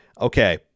Okay